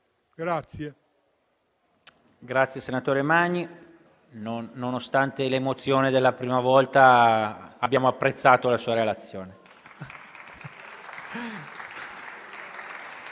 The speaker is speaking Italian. PRESIDENTE.Grazie, senatore Magni. Nonostante l'emozione della prima volta, abbiamo apprezzato la sua relazione.